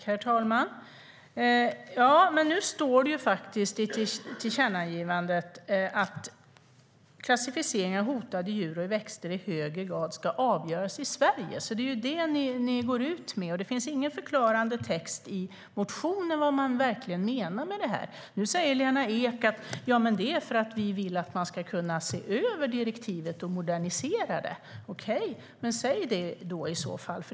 Herr talman! Det står faktiskt i tillkännagivandet att klassificeringen av hotade djur och växter i högre grad ska avgöras i Sverige. Det är det ni går ut med. Det finns ingen förklarande text i motionen om vad man menar med detta. Nu säger Lena Ek att det är för att ni vill att man ska kunna se över direktivet och modernisera det. Okej, men säg då det i så fall.